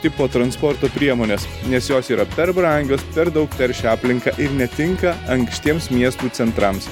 tipo transporto priemones nes jos yra per brangios per daug teršia aplinką ir netinka ankštiems miestų centrams